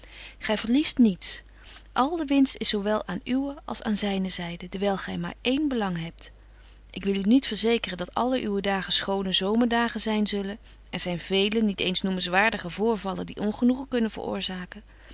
gy verliest niets al de winst is zo wel aan uwe als aan zyne zyde dewyl gy maar één belang hebt ik wil u niet verzekeren dat alle uwe dagen schone zomerdagen zyn zullen er zyn vele niet eens noemenswaardige voorvallen die ongenoegen kunnen veroorzaken